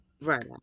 right